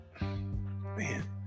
man